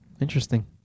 Interesting